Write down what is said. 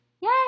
yay